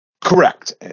Correct